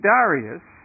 Darius